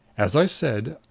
as i said,